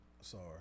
sorry